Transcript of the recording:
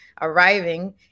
arriving